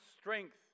strength